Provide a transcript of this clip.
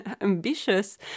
ambitious